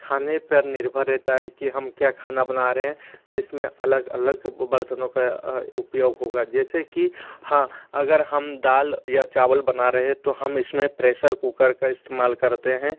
खाने पर निर्भर रहता है कि हम क्या खाना बना रहे हैं जिसमें अलग अलग बर्तनों का उपयोग होगा जैसे कि हाँ अगर हम दाल या चावल बना रहे है तो हम इसमें प्रेसर कुकर का इस्तेमाल करते हैं